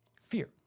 fear